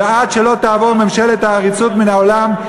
ועד שלא תעבור ממשלת העריצות מן העולם,